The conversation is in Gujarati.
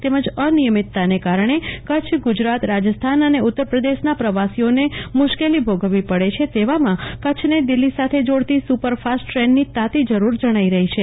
તેમજ અનિયમિતતાને કારણે કચ્છ ગુજરાત રાજસ્થાન અને ઉત્તરપ્રદેશના પ્રવાસીઓને મુશ્કેલી ભોગવવી પડે છે તેવામાં કચ્છને દિલ્હી સાથે જોડતી સુપરફાસ્ટ ટ્રેનની તાતી જરૂર જણાઈ રહી છે